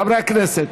חברי הכנסת,